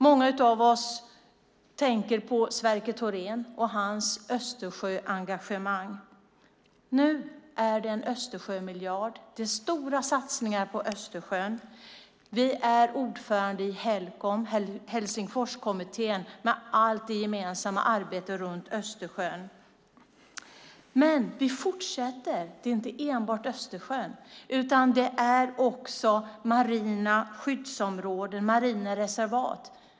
Många av oss tänker på Sverker Thorén och hans Östersjöengagemang. Nu finns det en Östersjömiljard. Det görs stora satsningar på Östersjön. Vi är ordförande i Helcom, Helsingforskommittén, med allt det gemensamma arbetet runt Östersjön. Vi fortsätter. Det är inte enbart Östersjön utan det är också marina skyddsområden, marina reservat.